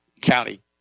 County